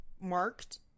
marked